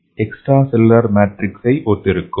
M extracellular மேட்ரிக்ஸ்ஐ ஒத்திருக்கும்